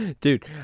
Dude